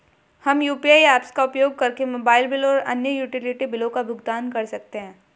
हम UPI apps का उपयोग करके मोबाइल बिल और अन्य यूटिलिटी बिलों का भुगतान कर सकते हैं